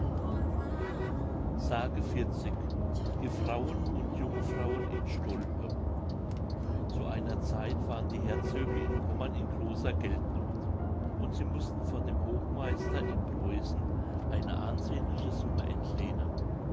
die frauen und jungfrauen in stolpe zu einer zeit waren die herzöge in pommern in großer geldnoth und sie mußten von dem hochmeister in preußen eine ansehnliche summe entlehnen